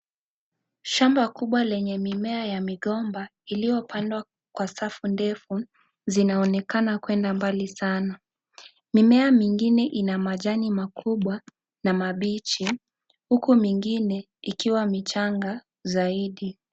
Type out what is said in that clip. Shamba kubwa lenye mimea ya migomba iliyopandwa kwa safu ndefu, zinaonekana kwenda mbali sana. Mimea mingine ina majani makubwa na mabichi, huku mingine ikiwa michanga zaidi.